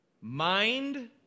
Mind